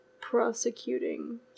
prosecuting